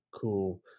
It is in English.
cool